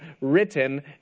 written